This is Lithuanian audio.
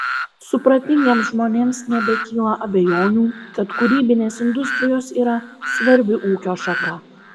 supratingiems žmonėms nebekyla abejonių kad kūrybinės industrijos yra svarbi ūkio šaka